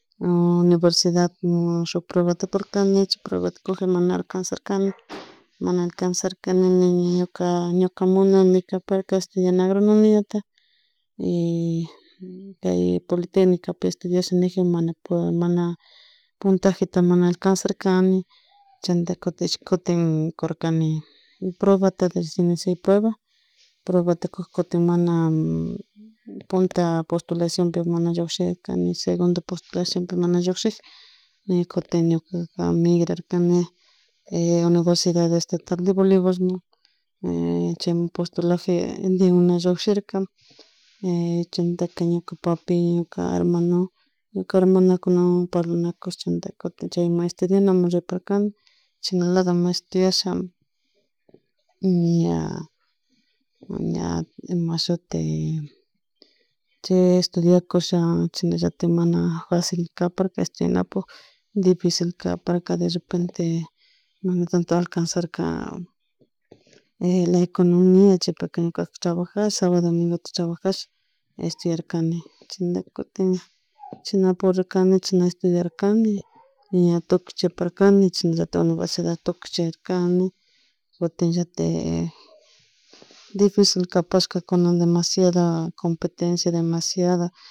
Universidad shuk pruebata curkani chay pruebata kukji mana alcanzarcani mana alcanzarcani ñuka munani estudiana agronimiata cay politecnicapi estudiash nikji mana mana puntajeta mana alcnazarcani chaymunta cutin cutin eishki kutin kurkani pruebata pruebatak kuk kutin mana punta postulación ni mana segunda postulación mana llukshik ña kutin ñuka migrarkani universidad estatal de bolivarman chaymun psotulaji de una llukshirka chaymunta ñuka papai ñuka hermano parlanacush cahymmunta cutin chaymun estudianamun riparkani chayladomun estudiasha ña ña imashutin ña estudiakusha mana facil caparka estudianapak dificil caparka derrepete mana tanto alcanzaparka la economia chaypak ñuka trabajash sabado domingo trabajash estudiarkani chaymuntak chashna purirkani chasna estudiarkani ña tukuy chaypa chasna universidad tucuchirkani kutin llatik difil capash kunan demasiado competencia demasiada.